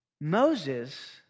Moses